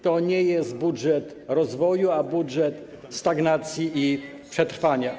To nie jest budżet rozwoju, ale budżet stagnacji i przetrwania.